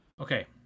Okay